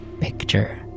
picture